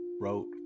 wrote